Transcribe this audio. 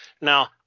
Now